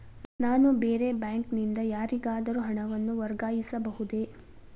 ನಾನು ಬೇರೆ ಬ್ಯಾಂಕ್ ನಿಂದ ಯಾರಿಗಾದರೂ ಹಣವನ್ನು ವರ್ಗಾಯಿಸಬಹುದೇ?